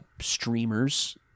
streamers